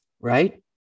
Right